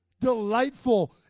Delightful